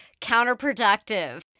counterproductive